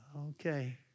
Okay